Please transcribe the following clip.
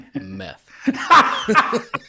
Meth